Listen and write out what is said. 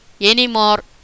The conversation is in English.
anymore